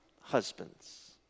husbands